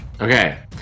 Okay